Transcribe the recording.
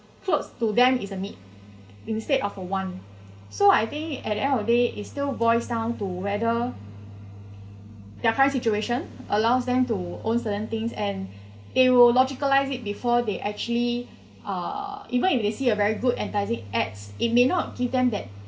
clothes to them is a need instead of a want so I think at the end of the day it still boils down to whether their current situation allows them to own certain things and they will logicalise it before they actually uh even if they see a very good enticing ads it may not keep them that